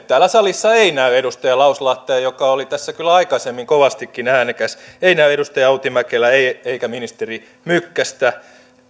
täällä salissa ei näy edustaja lauslahtea joka oli tässä kyllä aikaisemmin kovastikin äänekäs ei näy edustaja outi mäkelää eikä ministeri mykkästä